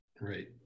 Right